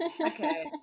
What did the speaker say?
okay